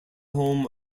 home